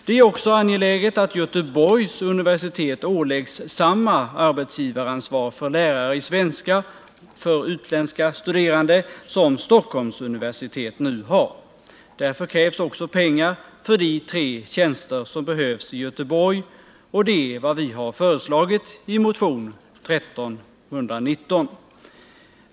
Det är också angeläget att Göteborgs universitet åläggs samma arbetsgivaransvar för lärare i svenska för utländska studerande som Stockholms universitet nu har. Därför krävs också pengar för de tre tjänster som behövs i Göteborg, och det är vad vi har föreslagit i motion 1319.